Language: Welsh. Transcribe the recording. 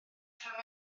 taw